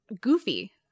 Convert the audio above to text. goofy